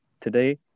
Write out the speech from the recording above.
today